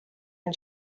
and